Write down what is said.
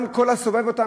גם כל הסובב אותם,